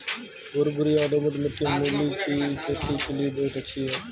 भुरभुरी और दोमट मिट्टी मूली की खेती के लिए बहुत अच्छी है